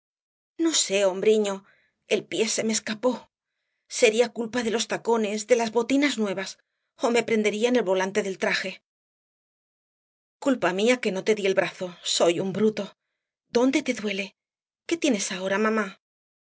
no sé hombriño el pié se me escapó sería culpa de los tacones de las botinas nuevas ó me prendería en el volante del traje culpa mía que no te di el brazo soy un bruto dónde te duele qué tienes ahora mamá